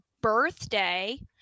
birthday